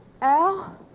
Al